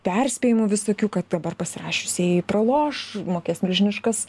perspėjimų visokių kad dabar pasirašiusieji praloš mokės milžiniškas